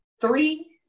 Three